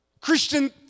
Christian